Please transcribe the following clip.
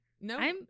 No